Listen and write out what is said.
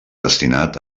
destinat